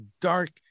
dark